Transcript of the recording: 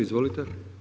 Izvolite.